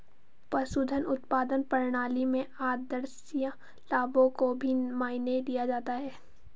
पशुधन उत्पादन प्रणाली में आद्रशिया लाभों को भी मायने दिया जाता है